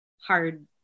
hard